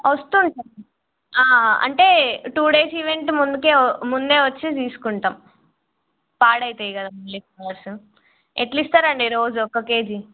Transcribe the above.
వస్తుంది అంటే two days event ముందుకే ముందే వచ్చి తీసుకుంటాం పాడైతాయి కదా మళ్ళీ ఫ్లవర్స్ ఎట్లా ఇస్తారండి రోజు ఒక్క కే జీ